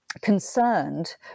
concerned